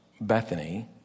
Bethany